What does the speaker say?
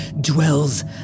dwells